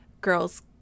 girls